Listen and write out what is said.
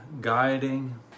guiding